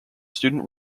student